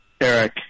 Eric